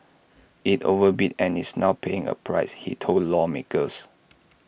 IT overbid and is now paying A price he told lawmakers